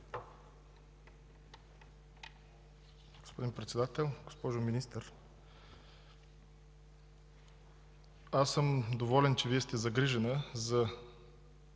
Господин Председател! Госпожо Министър, аз съм доволен, че Вие сте загрижена за